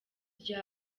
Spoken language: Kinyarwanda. rya